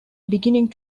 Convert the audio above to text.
beginning